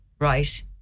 right